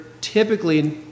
typically